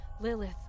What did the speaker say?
Lilith